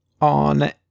on